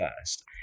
first